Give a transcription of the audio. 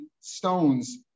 stones